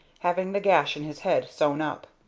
having the gash in his head sewn up.